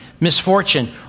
misfortune